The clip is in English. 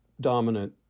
dominant